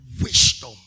wisdom